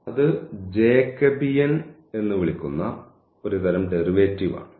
അത് ജേക്കബിയൻ എന്ന് വിളിക്കുന്ന ഒരു തരം ഡെറിവേറ്റീവ് ആണ്